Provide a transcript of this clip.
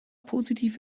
positiv